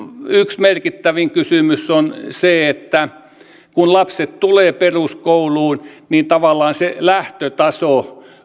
yksi merkittävin kysymys on että kun lapset tulevat peruskouluun niin tavallaan se lähtötaso